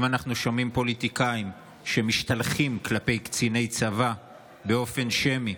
אנחנו שומעים פוליטיקאים שמשתלחים בקציני צבא באופן שמי